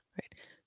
right